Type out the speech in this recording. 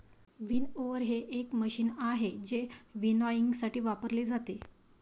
winnower हे एक machine आहे जे विनॉयइंगसाठी वापरले जाते